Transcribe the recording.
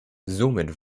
somit